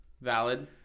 valid